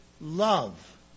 love